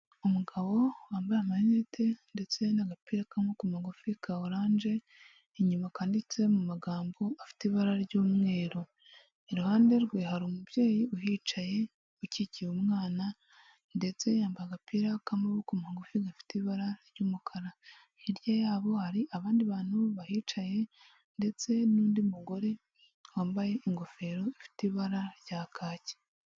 Umugabo wambaye amarinete ndetse n'agapira k'amaboko magufi ka oranje, inyuma kanditse mu magambo afite ibara ry'umweru. Iruhande rwe hari umubyeyi uhicaye ukikiye umwana ndetse yambaye agapira k'amaboko magufi gafite ibara ry'umukara. Hirya yabo hari abandi bantu bahicaye ndetse n'undi mugore wambaye ingofero ifite ibara rya kacyi.